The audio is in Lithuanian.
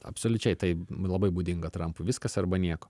absoliučiai tai labai būdinga trampui viskas arba nieko